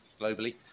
globally